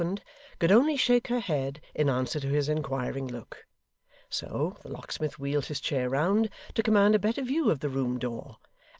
could only shake her head in answer to his inquiring look so, the locksmith wheeled his chair round to command a better view of the room-door,